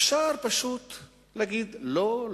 אפשר פשוט להגיד: לא,